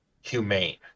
humane